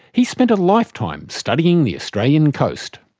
he's spent a lifetime studying the australian coast.